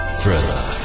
Thriller